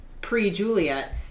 pre-Juliet